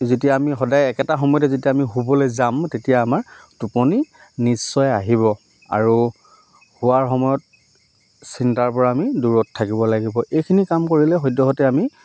যেতিয়া আমি সদায় একেটা সময়তে যেতিয়া আমি শুবলৈ যাম তেতিয়া আমাৰ টোপনি নিশ্চয় আহিব আৰু শুৱাৰ সময়ত চিন্তাৰ পৰা আমি দূৰত থাকিব লাগিব এইখিনি কাম কৰিলে সদ্যহতে আমি